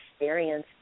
experience